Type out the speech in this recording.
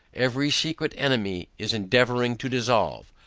every secret enemy is endeavouring to dissolve.